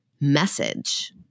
message